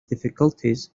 difficulties